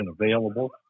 available